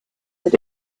that